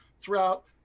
throughout